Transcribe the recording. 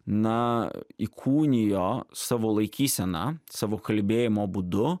na įkūnijo savo laikysena savo kalbėjimo būdu